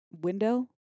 window